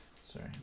Sorry